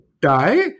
die